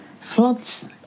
Floods